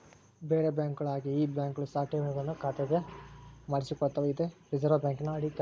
ಬೇರೆ ಬ್ಯಾಂಕುಗಳ ಹಾಗೆ ಈ ಬ್ಯಾಂಕ್ ಸಹ ಠೇವಣಿಗಳನ್ನು ಖಾತೆಗೆ ಮಾಡಿಸಿಕೊಳ್ತಾವ ಇದು ರಿಸೆರ್ವೆ ಬ್ಯಾಂಕಿನ ಅಡಿಗ ಕೆಲ್ಸ ಮಾಡ್ತದೆ